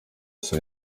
saa